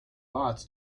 bots